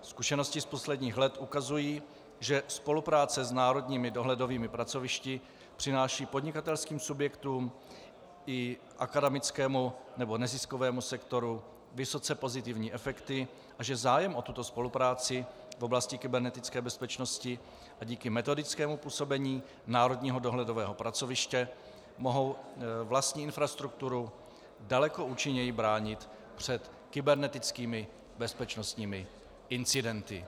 Zkušenosti z posledních let ukazují, že spolupráce s národními dohledovými pracovišti přináší podnikatelským subjektům i akademickému nebo neziskovému sektoru vysoce pozitivní efekty a že zájem o tuto spolupráci v oblasti kybernetické bezpečnosti díky metodickému působení národního dohledového pracoviště mohou vlastní infrastrukturu daleko účinněji bránit před kybernetickými bezpečnostními incidenty.